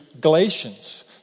Galatians